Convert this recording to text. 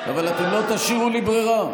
אבל אתם לא תשאירו לי ברירה.